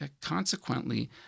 consequently